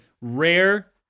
rare